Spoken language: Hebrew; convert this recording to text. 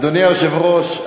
אדוני היושב-ראש,